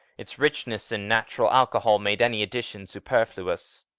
its richness in natural alcohol made any addition superfluous.